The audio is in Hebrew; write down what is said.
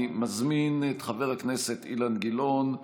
בא במקומו חבר הכנסת אילן גילאון.